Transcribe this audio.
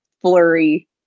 flurry